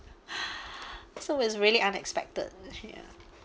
so it's really unexpected ya